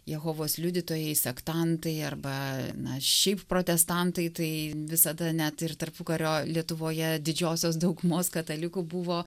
jehovos liudytojai sektantai arba na šiaip protestantai tai visada net ir tarpukario lietuvoje didžiosios daugumos katalikų buvo